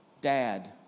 Dad